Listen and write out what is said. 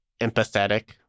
empathetic